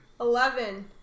Eleven